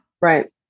right